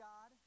God